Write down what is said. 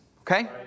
Okay